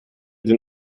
den